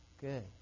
good